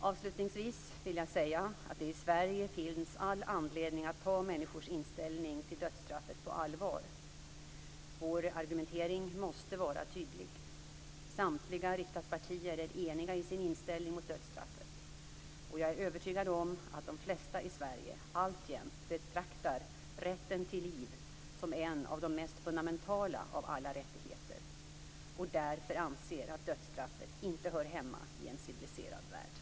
Avslutningsvis vill jag säga att det i Sverige finns all anledning att ta människors inställning till dödsstraffet på allvar. Vår argumentering måste vara tydlig. Samtliga riksdagspartier är eniga i sin inställning mot dödsstraffet, och jag är övertygad om att de flesta i Sverige alltjämt betraktar rätten till liv som en av de mest fundamentala av alla rättigheter och därför anser att dödsstraffet inte hör hemma i en civiliserad värld.